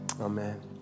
Amen